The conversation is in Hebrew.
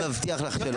אני מבטיח לך שלא.